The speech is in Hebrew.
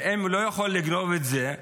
ואם הוא לא יכול לגנוב את זה,